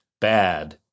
Bad